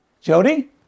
Jody